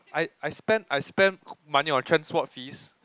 I I spend I spend money on transport fees